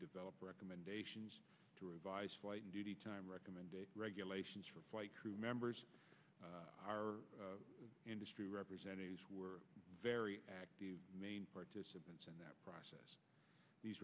develop recommendations to revise flight and duty time recommended regulations for flight crew members our industry representatives were very active participants in that process these